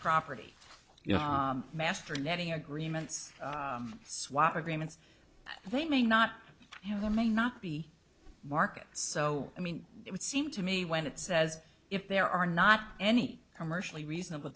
property you know master netting agreements swap agreements they may not have them may not be market so i mean it would seem to me when it says if there are not any commercially reasonable